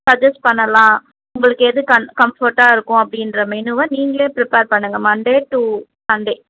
சஜ்ஜஸ் பண்ணலாம் உங்களுக்கு எது கன் கம்ஃபர்ட்டாக இருக்கும் அப்படின்ற மெனுவை நீங்களே ப்ரிப்பர் பண்ணுங்க மண்டே டு சண்டே